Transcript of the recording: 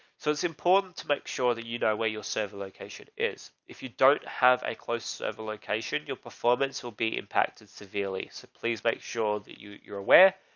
so it's important to make sure that you know where your server location is. if you don't have a close over location, your performance will be impacted severely. so please make sure that you, you're aware.